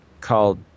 called